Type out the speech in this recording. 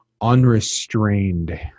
unrestrained